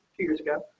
two years ago.